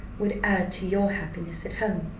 would add to your happiness at home?